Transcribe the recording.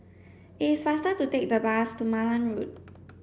it is faster to take the bus to Malan Road